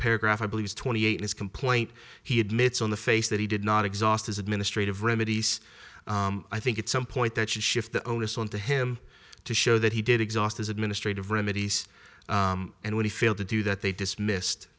paragraph i believe twenty eight his complaint he admits on the face that he did not exhaust his administrative remedies i think it's some point that should shift the onus on to him to show that he did exhaust his administrative remedies and when he failed to do that they dismissed